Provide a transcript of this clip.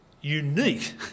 unique